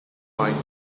bite